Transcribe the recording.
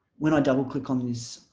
when i double click on this